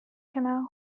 canal